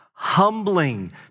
humbling